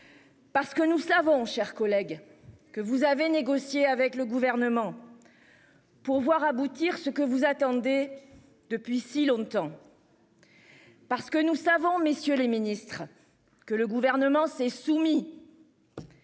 Parce que nous savons, chers collègues, que vous avez négocié avec le gouvernement. Pour voir aboutir ce que vous attendez depuis si longtemps. Parce que nous savons, messieurs les ministres, que le gouvernement s'est soumis.